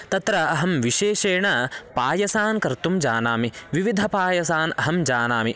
तत्र अहं विशेषेण पायसान् कर्तुं जानामि विविधान् पायसान् अहं जानामि